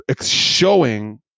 showing